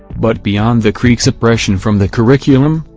but beyond the crk suppression from the curriculum,